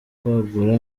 kwagura